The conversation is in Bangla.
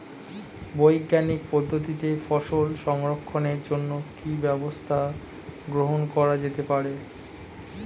বৈজ্ঞানিক পদ্ধতিতে ফসল সংরক্ষণের জন্য কি ব্যবস্থা গ্রহণ করা যেতে পারে?